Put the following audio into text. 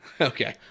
Okay